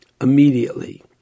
immediately